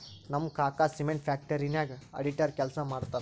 ನಮ್ ಕಾಕಾ cement factory ನಾಗ್ ಅಡಿಟರ್ ಕೆಲ್ಸಾ ಮಾಡ್ತಾರ್